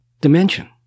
dimension